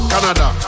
Canada